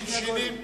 השי"ן-שי"נים,